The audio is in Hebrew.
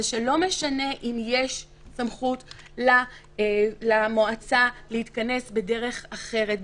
שלא חשוב אם יש סמכות למועצה להתכנס בדרך אחרת,